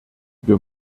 wir